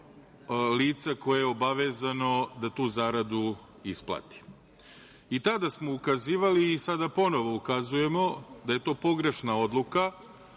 lica koje je obavezano da tu zaradu isplati.I tada smo ukazivali i sada ponovo ukazujemo da je to pogrešna odluka,